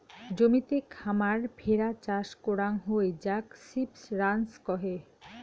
জমিতে খামার ভেড়া চাষ করাং হই যাক সিপ রাঞ্চ কহে